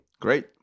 Great